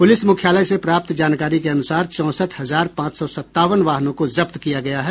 प्रलिस मुख्यालय से प्राप्त जानकारी के अनुसार चौंसठ हजार पांच सौ सत्तावन वाहनों को जब्त किया गया है